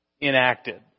enacted